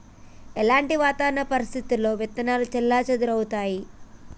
ఎలాంటి వాతావరణ పరిస్థితుల్లో విత్తనాలు చెల్లాచెదరవుతయీ?